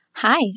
Hi